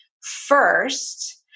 first